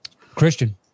Christian